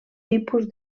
tipus